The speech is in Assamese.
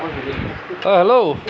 অঁ হেল্ল'